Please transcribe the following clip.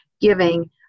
giving